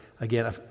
again